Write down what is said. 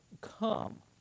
come